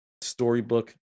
storybook